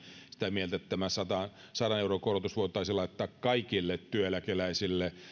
sitä mieltä että tämä sadan euron korotus voitaisiin laittaa kaikille työeläkeläisille